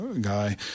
guy